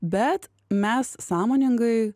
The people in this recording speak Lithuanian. bet mes sąmoningai